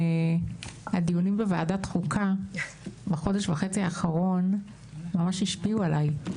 שכנראה הדיונים בוועדת החוקה בחודש וחצי האחרון ממש השפיעו עלי,